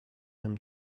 him